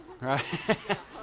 Right